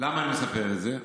למה אני מספר את זה?